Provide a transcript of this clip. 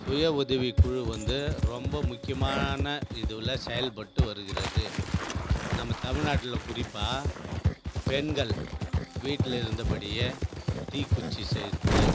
சுய உதவிக் குழு வந்து ரொம்ப முக்கியமான இதுவில் செயல்பட்டு வருகிறது நம்ம தமிழ்நாட்டில் குறிப்பாக பெண்கள் வீட்டில் இருந்தபடியே தீக்குச்சி செய்கிறது